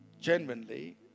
genuinely